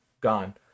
gone